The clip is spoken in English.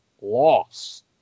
loss